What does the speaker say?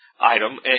item